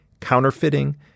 counterfeiting